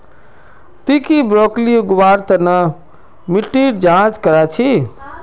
ती की ब्रोकली उगव्वार तन मिट्टीर जांच करया छि?